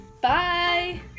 bye